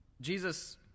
Jesus